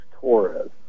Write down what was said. Torres